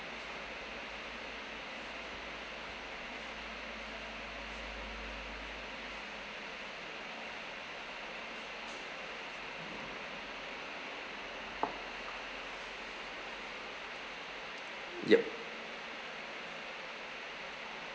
yup